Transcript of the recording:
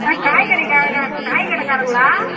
ஆ காய் கடைக்காரங்க காய் கடைக்காரங்களா